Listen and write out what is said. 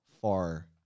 far